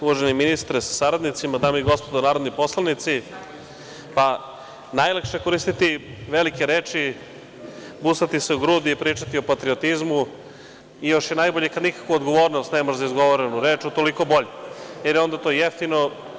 Uvaženi ministre sa saradnicima, dame i gospodo narodni poslanici, najlakše je koristiti velike reči, busati se u grudi i pričati o patriotizmu i još je najbolje kad nikakvu odgovornost nemaš za izgovorenu reč, utoliko bolje, jer je onda to jeftino.